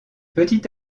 petit